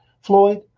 Floyd